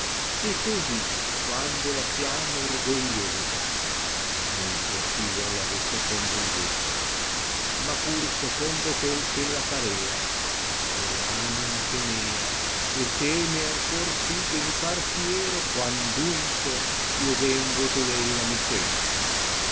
e così quando la chiamo orgogliosa non cbnsidero lei secondo il vero ma pur secondo quel ch ella parea che v anima temea e teme ancor sì che mi par fiero quandunque io vengo dov ella mi senta